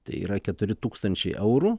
tai yra keturi tūkstančiai eurų